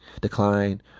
decline